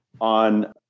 on